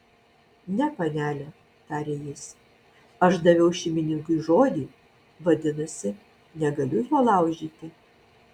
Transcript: ne panele tarė jis aš daviau šeimininkui žodį vadinasi negaliu jo laužyti